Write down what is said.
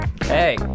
hey